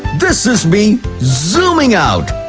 this is me zooming out.